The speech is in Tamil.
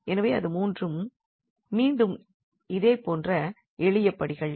எனவே அது மீண்டும் இதே போன்ற எளிய படிகள்